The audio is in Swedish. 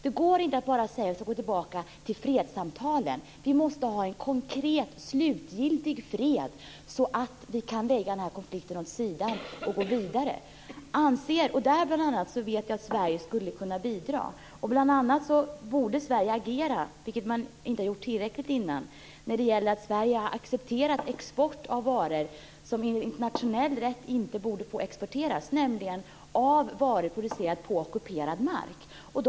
Det går inte att bara gå tillbaka till fredssamtalen. Vi måste ha en konkret slutgiltig fred, så att vi kan lägga den här konflikten åt sidan och gå vidare. Jag vet att Sverige skulle kunna bidra. Bl.a. borde Sverige agera, vilket man inte har gjort tillräckligt, när det gäller export av varor som enligt internationell rätt inte borde få exporteras, nämligen varor som är producerade på ockuperad mark. Det har Sverige accepterat.